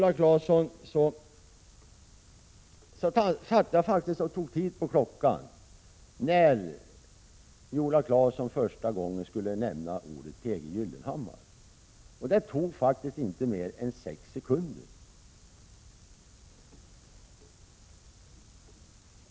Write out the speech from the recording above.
Sedan tog jag faktiskt tid på klockan för att se när Viola Claesson första gången skulle nämna P. G. Gyllenhammar. Det tog inte mer än 6 sekunder.